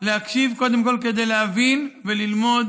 להקשיב קודם כול כדי להבין וללמוד